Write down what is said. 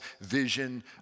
vision